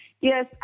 yes